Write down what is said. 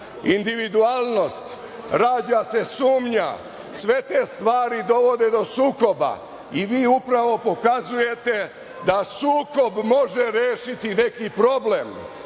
individualnost, rađa se sumnja. Sve te stvari dovode do sukoba i vi upravo pokazujete da sukob može rešiti neki problem.